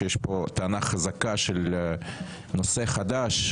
יש חושב שיש פה טענה חזקה של נושא חדש.